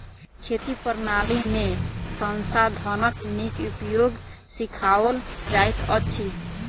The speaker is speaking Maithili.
खेती प्रणाली में संसाधनक नीक उपयोग सिखाओल जाइत अछि